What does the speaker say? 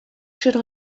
should